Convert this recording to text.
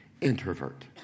introvert